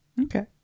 Okay